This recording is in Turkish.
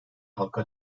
halka